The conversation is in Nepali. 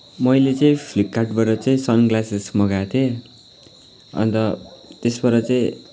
मैले चाहिँ फ्लिपकार्टबाट चाहिँ सनग्लासेस मगाएको थिएँ अन्त त्यसबाट चाहिँ